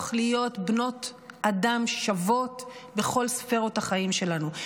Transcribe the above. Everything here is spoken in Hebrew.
להיות בנות אדם שוות בכל ספרות החיים שלנו.